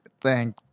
Thank